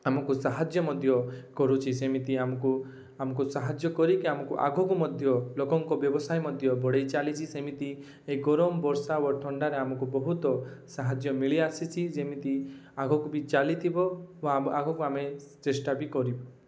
ଆମକୁ ସାହାଯ୍ୟ ମଧ୍ୟ କରୁଛି ସେମିତି ଆମକୁ ଆମକୁ ସାହାଯ୍ୟ କରିକି ଆମକୁ ଆଗକୁ ମଧ୍ୟ ଲୋକଙ୍କ ବ୍ୟବସାୟ ମଧ୍ୟ ବଢ଼ାଇ ଚାଲିଛି ସେମିତି ଏ ଗରମ ବର୍ଷା ଓ ଥଣ୍ଡାରେ ଆମକୁ ବହୁତ ସାହାଯ୍ୟ ମିଳିଆସିଛି ଯେମିତି ଆଗକୁ ବି ଚାଲିଥିବ ଓ ଆଗକୁ ଆମେ ଚେଷ୍ଟା ବି କରିବୁ